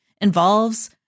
involves